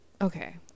okay